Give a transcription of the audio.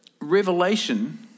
revelation